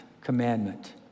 commandment